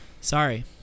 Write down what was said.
sorry